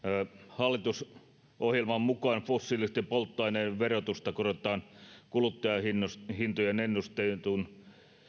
hallitusohjelman mukaan fossiilisten polttoaineiden verotusta korotetaan kuluttajahintojen ennustetun